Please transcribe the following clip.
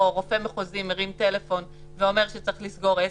רופא מחוזי מרים טלפון ואומר שצריך לסגור עסק,